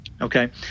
Okay